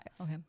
Okay